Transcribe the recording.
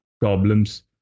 problems